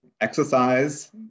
exercise